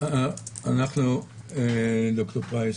ד"ר פרייס,